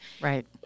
Right